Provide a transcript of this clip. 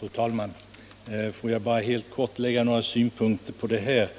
Fru talman! Får jag bara helt kort lägga några synpunkter på det här ärendet.